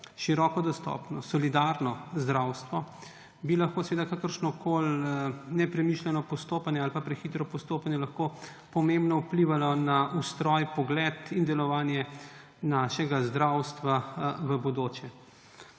široko dostopno, solidarno zdravstvo, bi lahko kakršnokoli nepremišljeno postopanje ali pa prehitro postopanje pomembno vplivalo na ustroj, pogled in delovanje našega zdravstva v bodoče.